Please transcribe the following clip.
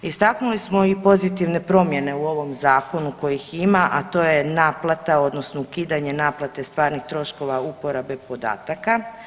Istaknuli smo i pozitivne promjene u ovom zakonu kojih ima, a to je naplata odnosno ukidanje naplate stvarnih troškova uporabe podataka.